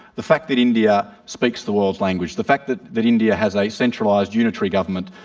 the fact that india speaks the world's language. the fact that that india has a centralised unitary government.